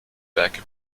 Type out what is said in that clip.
werke